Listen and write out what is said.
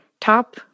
top